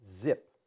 Zip